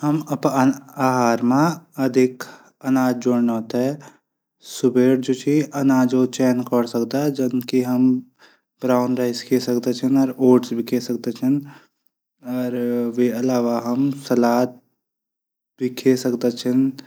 हम अपड आहार मा अधिक अनाज जूडनो तै सुबैर जू अनाजो चयन कौर सकदा। जनका ब्राऊन राइस भी ओटस भी वे अलावा हम सलाद भी खै सकदा छन।